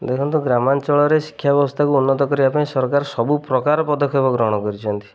ଦେଖନ୍ତୁ ଗ୍ରାମାଞ୍ଚଳରେ ଶିକ୍ଷା ବ୍ୟବସ୍ଥାକୁ ଉନ୍ନତ କରିବା ପାଇଁ ସରକାର ସବୁ ପ୍ରକାର ପଦକ୍ଷେପ ଗ୍ରହଣ କରିଛନ୍ତି